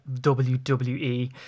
WWE